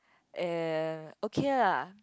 uh okay lah